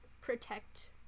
protect